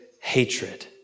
hatred